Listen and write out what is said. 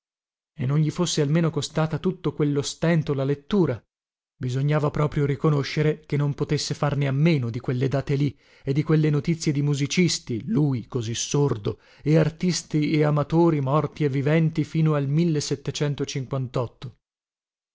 e non gli fosse almeno costata tutto quello stento la lettura bisognava proprio riconoscere che non potesse farne a meno di quelle date lì e di quelle notizie di musicisti lui così sordo e artisti e amatori morti e viventi fino al